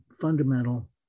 fundamental